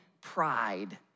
pride